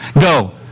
Go